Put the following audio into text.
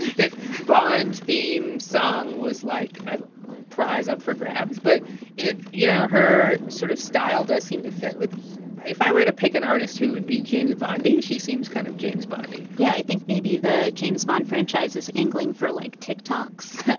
that bond theme song was, like, a prize up for grabs. but it, you know her sort of style does seem to fit with if i were to pick an artist who would be james bond-y, she seems kind of james bond-y yeah. i think maybe the james bond franchise is angling for, like, tiktoks.